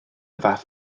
fath